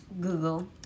google